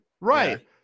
Right